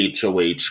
hoh